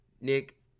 Nick